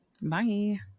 Bye